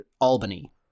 albany